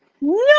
no